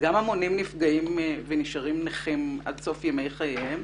גם המונים נפגעים ונשארים נכים עד סוף ימי חייהם,